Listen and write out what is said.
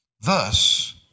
Thus